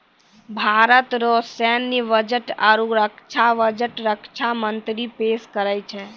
भारत रो सैन्य बजट आरू रक्षा बजट रक्षा मंत्री पेस करै छै